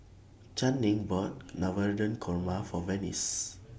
Channing bought Navratan Korma For Venice